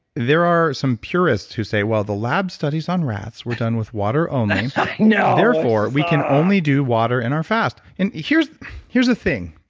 there are some purists who say, well, the lab studies on rats were done with water only name. therefore, we can only do water in our fast. and here's the thing,